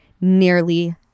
nearly